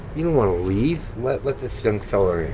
you didn't want to leave. let let this young fella in.